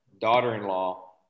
daughter-in-law